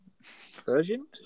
Version